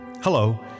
Hello